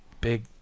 big